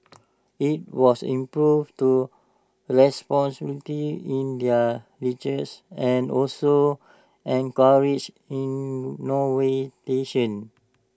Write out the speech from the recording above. IT was improve to in their research and also encourage